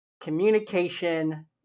Communication